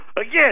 Again